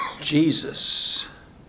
Jesus